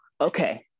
Okay